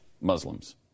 Muslims